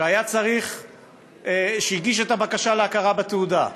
שהגיש את הבקשה להכרה בתעודה,